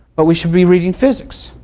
but we should be reading physics.